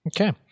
Okay